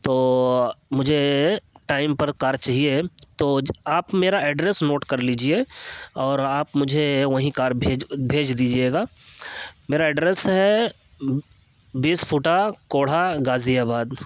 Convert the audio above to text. تو مجھے ٹائم پر کار چاہیے تو آپ میرا ایڈریس نوٹ کر لیجیے اور آپ مجھے وہیں کار بھیج بھیج دیجیے گا میرا ایڈریس ہے بیس فٹا کوڑھا غازی آباد